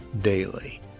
daily